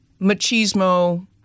machismo